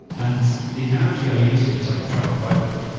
and the analogy i use here is like a travel guidebook.